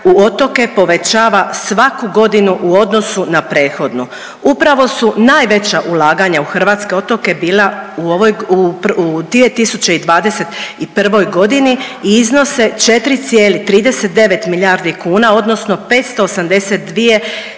u otoke povećava svaku godinu u odnosu na prethodnu. Upravo su najveća ulaganja u hrvatske otoke bila u 2021. godini i iznose 4,39 milijardi kuna, odnosno 582,65